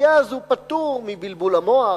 כי אז הוא פטור מבלבול המוח,